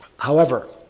however,